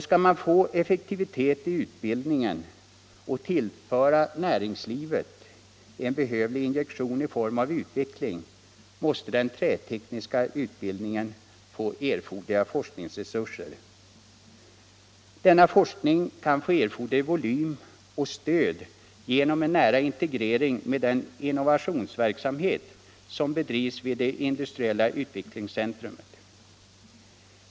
Skall man få effektivitet i utbildningen och tillföra näringslivet en behövlig injektion i form av utveckling, måste den trätekniska utbildningen få tillräckliga forskningsresurser. Denna forskning kan få erforderlig volym och dessutom stöd genom en nära integrering med den innovationsverksamhet som bedrivs vid det industriella utvecklingscentrum IUC.